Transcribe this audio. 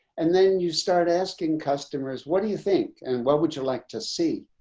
and then you start asking customers, what do you think? and what would you like to see,